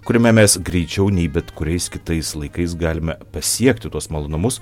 kuriame mes greičiau nei bet kuriais kitais laikais galime pasiekti tuos malonumus